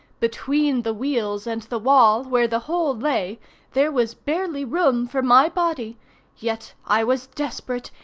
between the wheels and the wall where the hole lay there was barely room for my body yet i was desperate,